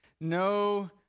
no